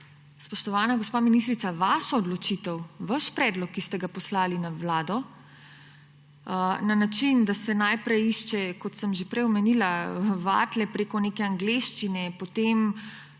spoštovana gospa ministrica, vašo odločitev, vaš predlog, ki ste ga poslali na Vlado, na način, da se najprej išče, kot sem že prej omenila, vatle preko neke angleščine, potem